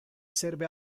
serve